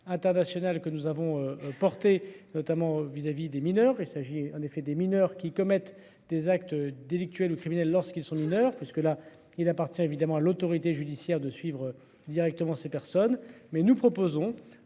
international que nous avons porté notamment vis-à-vis des mineurs, il s'agit en effet des mineurs qui commettent des actes délictuels ou criminels lorsqu'ils sont mineurs, parce que là, il appartient évidemment à l'autorité judiciaire de suivre directement ces personnes mais nous proposons